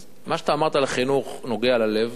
אז מה שאתה אמרת על חינוך נוגע ללב.